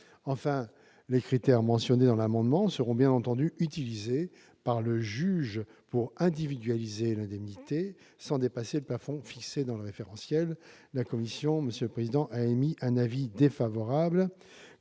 Enfin, les critères mentionnés dans l'amendement seront, bien entendu, utilisés par le juge pour individualiser l'indemnité, sans dépasser le plafond fixé dans le référentiel. La commission émet donc un avis défavorable